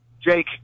Jake